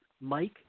Mike